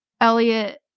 Elliot